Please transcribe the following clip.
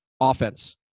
offense